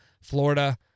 Florida